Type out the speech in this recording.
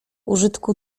użytku